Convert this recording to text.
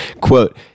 Quote